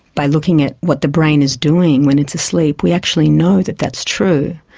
by looking at what the brain is doing when it's asleep, we actually know that that's true.